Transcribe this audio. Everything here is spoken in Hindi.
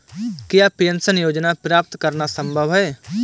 क्या पेंशन योजना प्राप्त करना संभव है?